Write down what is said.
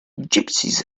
gypsies